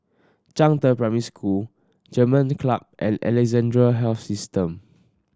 Zhangde Primary School German Club and Alexandra Health System